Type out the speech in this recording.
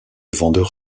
vendeur